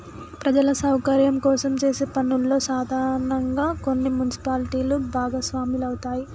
ప్రజల సౌకర్యం కోసం చేసే పనుల్లో సాధారనంగా కొన్ని మున్సిపాలిటీలు భాగస్వాములవుతాయి